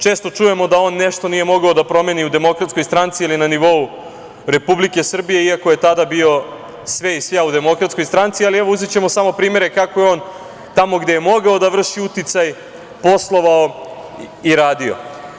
Često čujemo da on nešto nije mogao da promeni u Demokratskoj stranici ili na nivou Republike Srbije, iako je tada bio sve i svja u Demokratskoj stranci, ali evo, uzećemo samo primere kako je on tamo gde je mogao da vrši uticaj poslovao i radio.